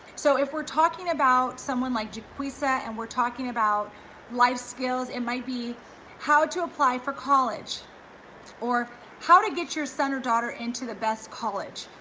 so if we're talking about someone like jacquisa and we're talking about life skills, it might be how to apply for college or how to get your son or daughter into the best college,